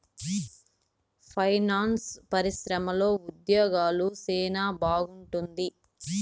finance పరిశ్రమలో ఉద్యోగాలు సెనా బాగుంటుంది